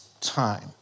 time